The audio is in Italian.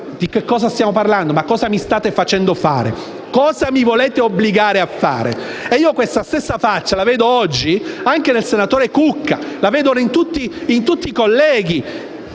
di cosa stiamo parlando? Cosa mi state facendo fare? Cosa mi volete obbligare a fare? Questa stessa faccia la vedo oggi anche nel senatore Cucca e in tutti i colleghi